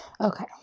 Okay